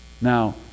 Now